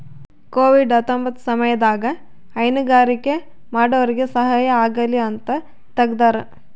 Covid ಹತ್ತೊಂಬತ್ತ ಸಮಯದಾಗ ಹೈನುಗಾರಿಕೆ ಮಾಡೋರ್ಗೆ ಸಹಾಯ ಆಗಲಿ ಅಂತ ತೆಗ್ದಾರ